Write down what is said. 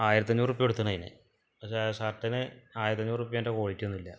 ആയിരത്തി അഞ്ഞൂറ് ഉർപ്പിയ കൊടുത്ത്ന് അതിന് പക്ഷെ ഷിർട്ടിന് ആയിരഞ്ഞൂറ് ഉറുപ്യൻ്റെ ക്വാളിറ്റി ഒന്നും ഇല്ല